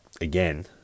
again